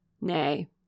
Nay